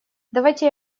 дайте